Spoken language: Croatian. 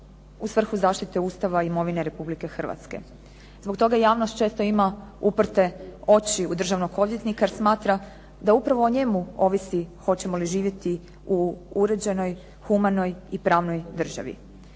u svrhu zaštite Ustava i imovine Republike Hrvatske. Zbog toga javnost često ima uprte oči u državnog odvjetnika jer smatra da upravo o njemu ovisi hoćemo li živjeti u uređenoj, humanoj i pravnoj državi.